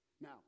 Now